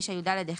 9יד1,